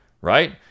right